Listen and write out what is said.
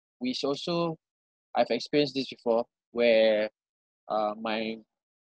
which also I've experienced this before where uh my